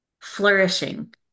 flourishing